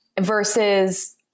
versus